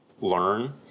learn